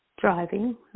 driving